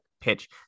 pitch